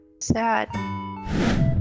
Sad